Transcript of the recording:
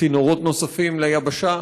צינורות נוספים ליבשה,